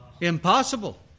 Impossible